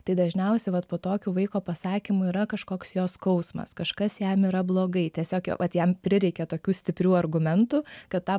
tai dažniausiai vat po tokiu vaiko pasakymu yra kažkoks jo skausmas kažkas jam yra blogai tiesiog jau vat jam prireikė tokių stiprių argumentų kad tą